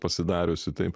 pasidariusi taip